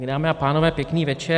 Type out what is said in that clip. Dámy a pánové, pěkný večer.